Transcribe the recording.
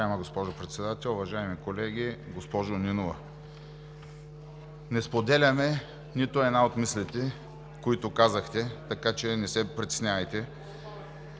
Уважаема госпожо Председател, уважаеми колеги! Госпожо Нинова, не споделяме нито една от мислите, които казахте, така че не се притеснявайте.